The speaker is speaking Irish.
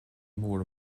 mór